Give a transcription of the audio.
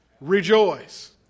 Rejoice